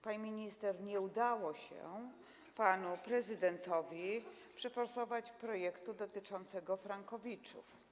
Pani minister, nie udało się panu prezydentowi przeforsować projektu dotyczącego frankowiczów.